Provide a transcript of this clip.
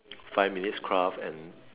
five minutes craft and